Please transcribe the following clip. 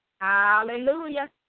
Hallelujah